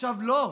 עכשיו לא.